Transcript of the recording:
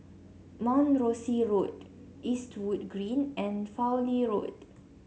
Mount Rosie Road Eastwood Green and Fowlie Road